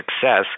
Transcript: success